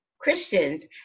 christians